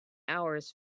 hours